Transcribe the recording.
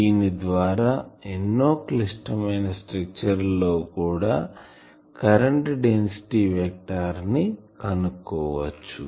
దీని ద్వారా ఎన్నో క్లిష్టమైన స్ట్రక్చర్ లలో కూడా కరెంటు డెన్సిటీ వెక్టార్ ని కనుక్కోవచ్చు